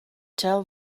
tell